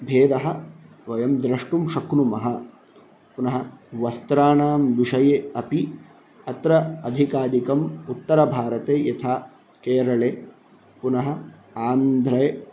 भेदः वयं द्रष्टुं शक्नुमः पुनः वस्त्राणां विषये अपि अत्र अधिकाधिकम् उत्तरभारते यथा केरले पुनः आन्ध्रे